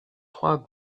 trois